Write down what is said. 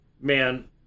man